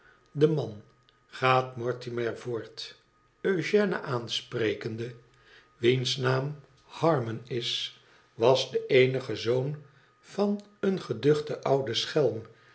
de man gaat mortimer voort eugène aansprekende wiens naam harmon is was de eenige zoon van een geduchten ouden schelm